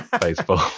baseball